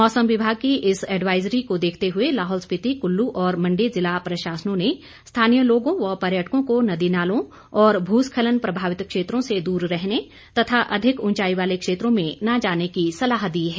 मौसम विभाग की इस एडवाईजरी को देखते हुए लाहौल स्पिति कुल्लू और मंडी ज़िला प्रशासनों ने स्थानीय लोगों व पर्यटकों को नदी नालों और भूस्खलन प्रभावित क्षेत्रों से दूर रहने तथा अधिक ऊंचाई वाले क्षेत्रों में न जाने की सलाह दी है